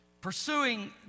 Pursuing